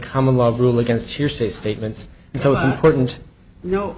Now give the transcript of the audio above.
common love rule against hearsay statements